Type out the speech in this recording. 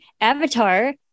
avatar